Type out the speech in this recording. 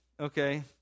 Okay